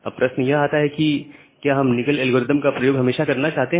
अब प्रश्न यह आता है कि क्या हम निकल एल्गोरिदम का प्रयोग हमेशा करना चाहते हैं